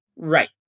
Right